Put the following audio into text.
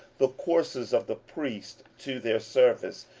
the courses of the priests to their service,